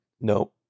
No